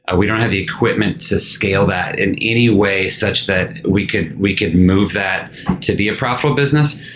ah we don't have the equipment to scale that in any way such that we could we could move that to be a profitable business.